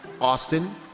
Austin